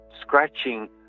scratching